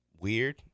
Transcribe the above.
weird